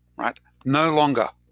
right? no longer.